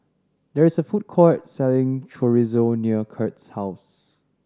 there is a food court selling Chorizo near Kurt's house